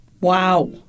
Wow